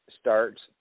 starts